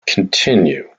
continue